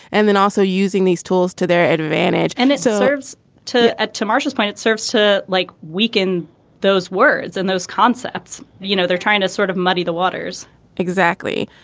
and then also using these tools to their advantage and it so serves to add ah to marcia's point, it serves to like weaken those words. and those concepts, you know, they're trying to sort of muddy the waters exactly.